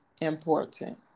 important